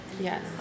Yes